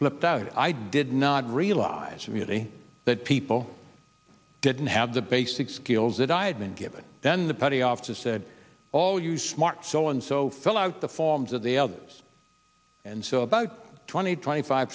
flipped out i did not realize really that people didn't have the basic skills that i had been given then the petty officer said oh you smart so and so fill out the forms of the elders and so about twenty twenty five